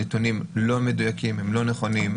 הנתונים לא מדויקים, הם לא נכונים.